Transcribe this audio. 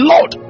Lord